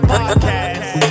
Podcast